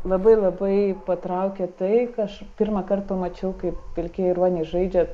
labai labai patraukė tai kai aš pirmą kartą mačiau kaip pilkieji ruoniai žaidžia